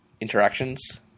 interactions